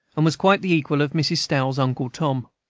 and was quite the equal of mrs. stowe's uncle tom.